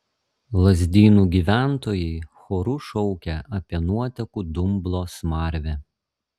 lazdynų gyventojai choru šaukė apie nuotekų dumblo smarvę